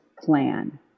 plan